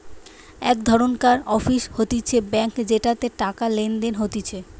এক ধরণকার অফিস হতিছে ব্যাঙ্ক যেটাতে টাকা লেনদেন হতিছে